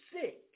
sick